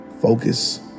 focus